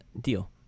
deal